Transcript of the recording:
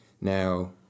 Now